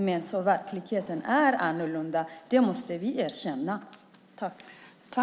Men verkligheten är annorlunda, det måste vi erkänna.